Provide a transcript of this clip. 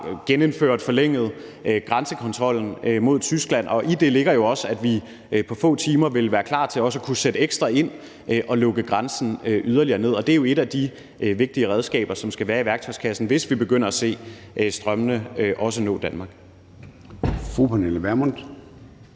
vi har forlænget grænsekontrollen mod Tyskland. Og i det ligger jo også, at vi på få timer vil være klar til også at kunne sætte ekstra ind og lukke grænsen yderligere ned. Og det er jo et af de vigtige redskaber, som skal være i værktøjskassen, hvis vi begynder at se strømmene også nå til Danmark.